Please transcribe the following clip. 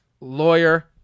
Lawyer